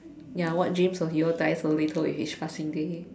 ya what dreams of your dies a little with each passing day